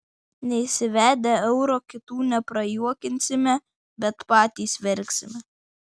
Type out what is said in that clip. neįsivedę euro kitų neprajuokinsime bet patys verksime